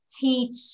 teach